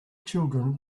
children